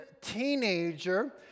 teenager